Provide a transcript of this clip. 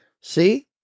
See